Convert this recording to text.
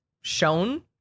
shown